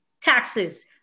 taxes